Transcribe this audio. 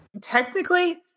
technically